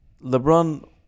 LeBron